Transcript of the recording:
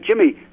Jimmy